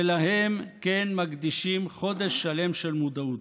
שלהם כן מקדישים חודש שלם של מודעות.